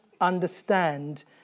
understand